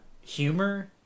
humor